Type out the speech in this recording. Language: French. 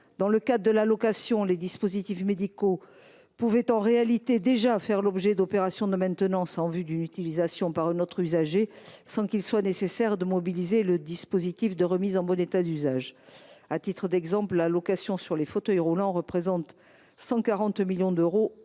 dans le cadre d’une location, les dispositifs médicaux pouvaient, en réalité, déjà faire l’objet d’opérations de maintenance en vue d’une utilisation par un autre usager sans qu’il soit nécessaire de mobiliser le dispositif de RBEU. À titre d’exemple, la location des fauteuils roulants représente un montant